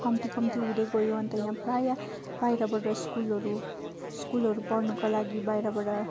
कम्ती कम्ती हुँदै गयो अन्त यहाँ प्राय बाहिरबाट स्कुलहरू स्कुलहरू पढ्नुको लागि बाहिरबाट